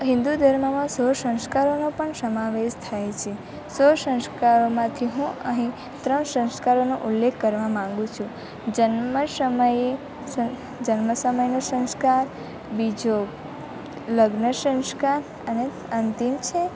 હિન્દુ ધર્મમાં સુસંસ્કારોનો પણ સમાવેશ થાય છે સુસંસ્કારોમાંથી હું અહીં ત્રણ સંસ્કારોનો ઉલ્લેખ કરવા માગું છું જન્મ સમયે જન્મ સમયનો સંસ્કાર બીજો લગ્ન સંસ્કાર અને અંતિમ છે